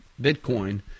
Bitcoin